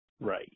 Right